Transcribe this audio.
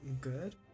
good